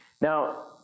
Now